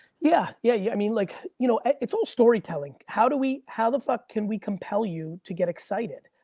yeah, yeah yeah i mean, look, like you know it's all story telling. how do we how the fuck can we compel you to get excited?